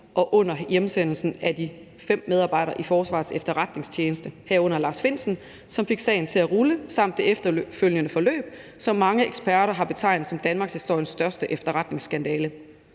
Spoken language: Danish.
og under hjemsendelsen af de fem medarbejdere i Forsvarets Efterretningstjeneste, herunder Lars Findsen, som fik sagen til at rulle, samt det efterfølgende forløb, som mange eksperter har betegnet som danmarkshistoriens største efterretningsskandale.